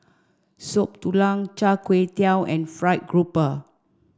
Soup Tulang Char Kway Teow and Fried Grouper